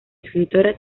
escritora